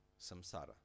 samsara